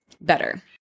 better